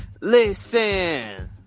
Listen